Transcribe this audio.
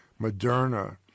Moderna